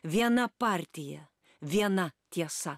viena partija viena tiesa